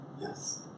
Yes